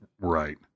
Right